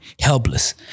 Helpless